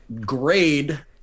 grade